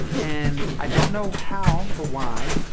and i don't know how or why.